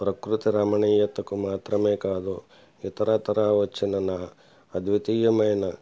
ప్రకృతి రమణీయతకు మాత్రమే కాదు ఇతర ఇతర వచ్చిన అద్వితీయమైన